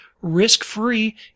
risk-free